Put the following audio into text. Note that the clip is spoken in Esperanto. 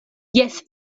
jes